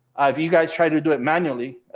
have you guys tried to do it manually?